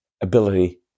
ability